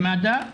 במד"א,